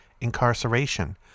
incarceration